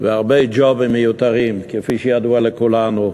והרבה ג'ובים מיותרים, כפי שידוע לכולנו.